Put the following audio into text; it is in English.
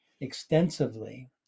extensively